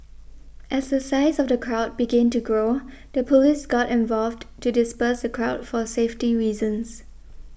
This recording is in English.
as the size of the crowd began to grow the police got involved to disperse the crowd for safety reasons